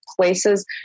places